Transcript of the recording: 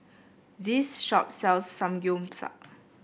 this shop sells Samgyeopsal